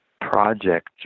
project